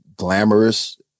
glamorous